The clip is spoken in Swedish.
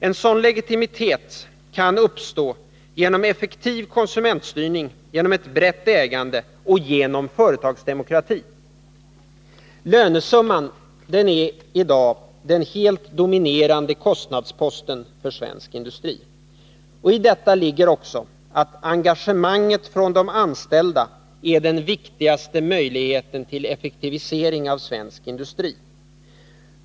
En sådan legitimitet kan uppstå genom effektiv konsumentstyrning, genom ett brett ägande och genom Lönesumman är i dag den helt dominerande kostnadsposten för svensk industri. I detta ligger också att engagemanget från de anställda är den viktigaste möjligheten till effektivisering av svensk industri.